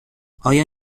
آیا